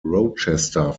rochester